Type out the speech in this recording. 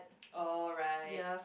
oh right